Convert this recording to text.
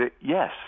Yes